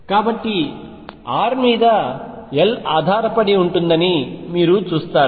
కాబట్టి r మీద l ఆధారపడి ఉంటుందని మీరు చూస్తారు